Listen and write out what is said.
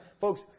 Folks